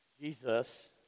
Jesus